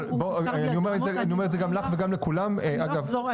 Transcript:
אבל אני אומר את זה גם לך וגם לכולם --- אני לא אחזור,